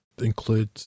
include